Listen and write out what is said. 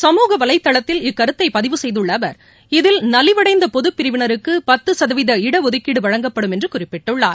சமூக வலைதளத்தில் இக்கருத்தை பதிவு செய்துள்ள அவர் இதில் நலிவடைந்த பொதுப்பிரிவினருக்கு பத்து சதவீத இடஒதுக்கீடு வழங்கப்படும் என்று குறிப்பிட்டுள்ளார்